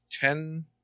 ten